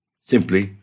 Simply